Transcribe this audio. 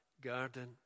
garden